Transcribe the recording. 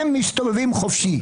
הם מסתובבים חופשי.